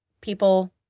people